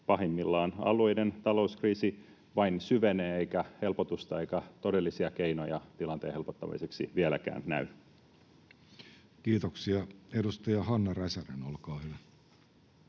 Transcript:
Pahimmillaan alueiden talouskriisi vain syvenee, eikä helpotusta eikä todellisia keinoja tilanteen helpottamiseksi vieläkään näy. [Speech 109] Speaker: Jussi Halla-aho